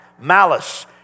malice